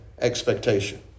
expectation